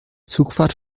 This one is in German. zugfahrt